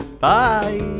bye